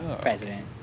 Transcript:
president